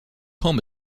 home